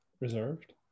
Reserved